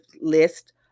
list